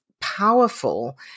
powerful